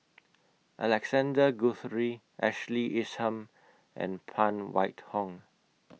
Alexander Guthrie Ashley Isham and Phan White Hong